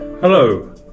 Hello